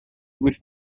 with